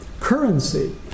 currency